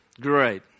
Great